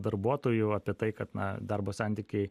darbuotojų apie tai kad na darbo santykiai